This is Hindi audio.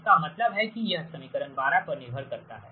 इसका मतलब है कि यह इस समीकरण 12 पर निर्भर करता है